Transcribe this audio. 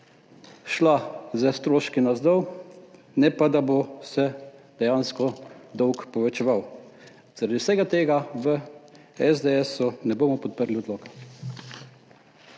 šla s stroški navzdol, ne pa da se bo dejansko dolg povečeval. Zaradi vsega tega v SDS ne bomo podprli odloka.